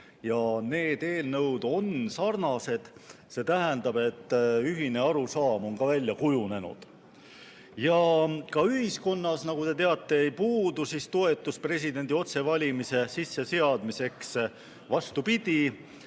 Need eelnõud on sarnased, see tähendab, et ühine arusaam on välja kujunenud. Ka ühiskonnas, nagu te teate, ei puudu toetus presidendi otsevalimise sisseseadmiseks. Vastupidi,